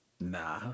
nah